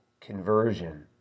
conversion